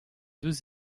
deux